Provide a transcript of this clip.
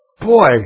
Boy